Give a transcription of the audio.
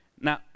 Now